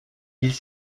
ils